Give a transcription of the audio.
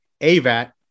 AVAT